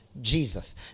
Jesus